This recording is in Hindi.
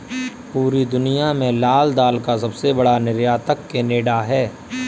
पूरी दुनिया में लाल दाल का सबसे बड़ा निर्यातक केनेडा है